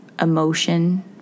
emotion